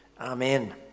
Amen